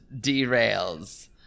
derails